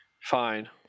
Fine